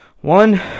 One